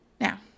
Now